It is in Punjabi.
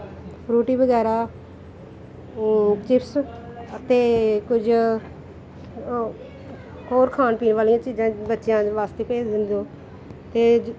ਫਰੂਟੀ ਵਗੈਰਾ ਉਹ ਚਿਪਸ ਅਤੇ ਕੁਝ ਹੋਰ ਖਾਣ ਪੀਣ ਵਾਲੀਆਂ ਚੀਜ਼ਾਂ ਬੱਚਿਆਂ ਦੇ ਵਾਸਤੇ ਭੇਜ ਦਿੰਦੇ ਹੋ ਅਤੇ